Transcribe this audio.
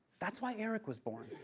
that's why eric was born.